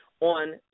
on